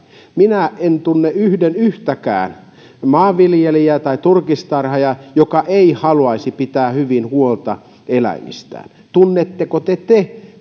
minä en tunne yhden yhtäkään maanviljelijää tai turkistarhaajaa joka ei haluaisi pitää hyvää huolta eläimistään tunnetteko te te